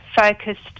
focused